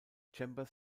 chambers